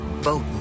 Vote